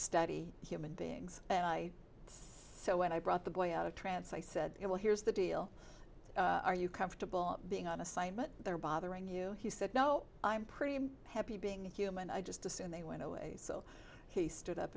study human beings and i so when i brought the boy out of trance i said well here's the deal are you comfortable being on assignment there bothering you he said no i'm pretty happy being human i just assumed they went away so he stood up